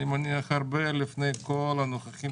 אני מניח שזה הרבה לפני כל הנוכחים פה